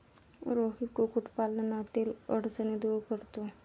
रोहित कुक्कुटपालनातील अडचणी दूर करतो